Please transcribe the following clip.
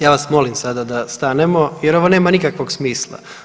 Ja vam molim sada da stanemo jer ovo nema nikakvog smisla.